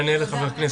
הכול עניין של תקציב.